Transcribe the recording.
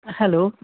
hello